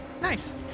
Nice